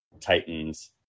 Titans